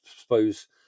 suppose